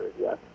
Yes